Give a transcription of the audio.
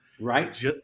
Right